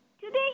today